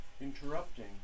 interrupting